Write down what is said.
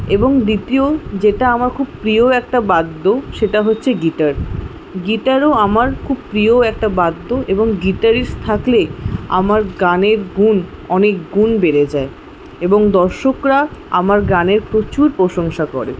এবং দ্বিতীয় যেটা আমার খুব প্রিয় একটা বাদ্য সেটা হচ্ছে গিটার গিটারও আমার খুব প্রিয় একটা বাদ্য এবং গিটারিস্ট থাকলে আমার গানের গুণ অনেক গুণ বেড়ে যায় এবং দর্শকরা আমার গানের প্রচুর প্রশংসা করে